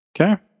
Okay